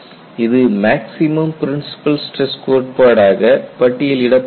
இது maximum principal stress கோட்பாடாக பட்டியலிடப்பட்டுள்ளது